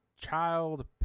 child